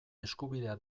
eskubidea